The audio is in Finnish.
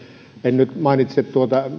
en nyt mainitse